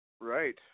right